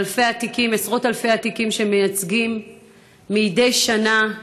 על עשרות אלפי התיקים שבהם הם מייצגים מדי שנה,